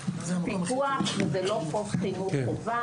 פיקוח, זה לא חוק חינוך חובה.